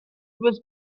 was